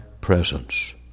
presence